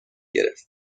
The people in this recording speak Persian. گرفت